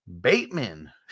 Bateman